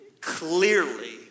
clearly